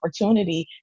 opportunity